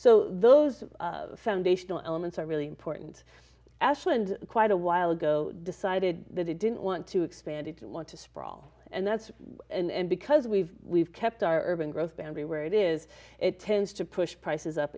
so those foundational elements are really important ashland quite a while ago busy decided that it didn't want to expand it want to sprawl and that's and because we've we've kept our urban growth boundary where it is it tends to push prices up